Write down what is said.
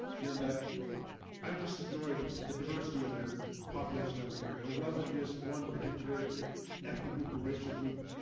you know that i just enjoyed the diversity of your population that we're here. it wasn't just one particular ethnic group racial group.